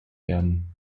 werden